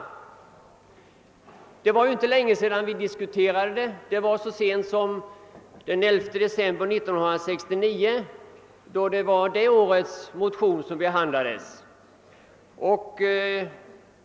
Det var inte länge sedan vi diskulerade detta; det var så sent som den 11 december 1969, då det årets motioner behandlades.